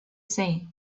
say